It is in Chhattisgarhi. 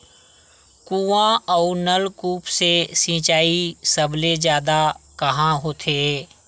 कुआं अउ नलकूप से सिंचाई सबले जादा कहां होथे?